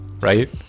right